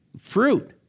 fruit